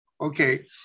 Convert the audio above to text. Okay